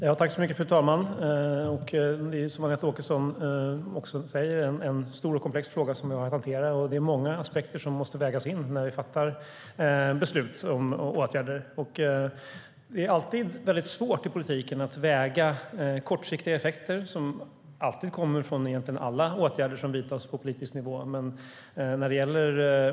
Fru talman! Som Anette Åkesson säger är detta en stor och komplex fråga som vi har att hantera, och det är många aspekter som måste vägas in när vi fattar beslut om åtgärder. Det är alltid väldigt svårt i politiken att väga kortsiktiga effekter, som ju egentligen kommer från alla åtgärder som vidtas på politisk nivå.